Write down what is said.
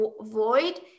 void